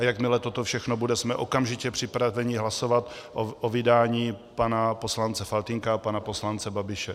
Jakmile toto všechno bude, jsme okamžitě připraveni hlasovat o vydání pana poslance Faltýnka a pana poslance Babiše.